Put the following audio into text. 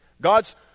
God's